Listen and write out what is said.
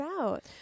out